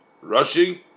rushing